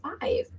five